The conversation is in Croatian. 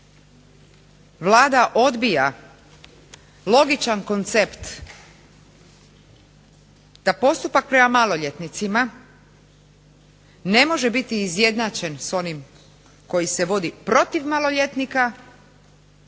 Vlada odbija logičan koncept da postupak prema maloljetnicima ne može biti izjednačen s onim koji se vodi protiv maloljetnika